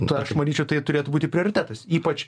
tai aš manyčiau tai turėtų būti prioritetas ypač